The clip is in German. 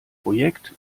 projekt